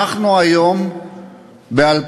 אנחנו היום ב-2014,